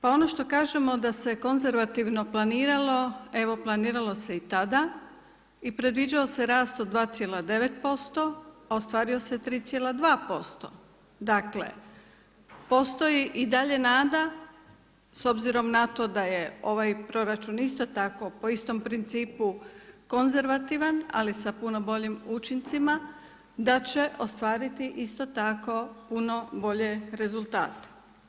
Pa ono što kažemo da se konzervativno planiralo, evo planiralo se i tada i predviđao se rast od 2,9%, a ostvario se 3,2%. dakle postoji i dalje nada s obzirom na to da je ovaj proračun isto tako po istom principu konzervativan, ali sa puno boljim učincima da će ostvariti isto tako puno bolje rezultat.